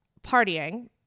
partying